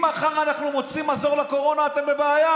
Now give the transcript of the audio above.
אם מחר אנחנו מוצאים מזור לקורונה, אתם בבעיה,